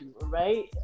right